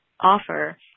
offer